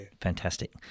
Fantastic